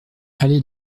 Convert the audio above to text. allée